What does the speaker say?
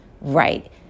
right